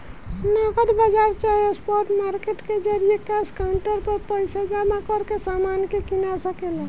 नगद बाजार चाहे स्पॉट मार्केट के जरिये कैश काउंटर पर पइसा जमा करके समान के कीना सके ला